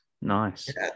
nice